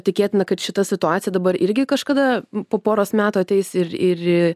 tikėtina kad šita situacija dabar irgi kažkada po poros metų ateis ir ir